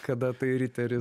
kada tai riteris